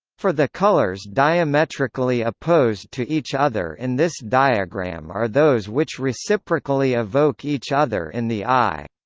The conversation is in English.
for the colours diametrically opposed to each other in this diagram are those which reciprocally evoke each other in the eye.